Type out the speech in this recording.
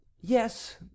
yes